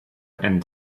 and